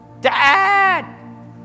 Dad